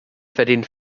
verdient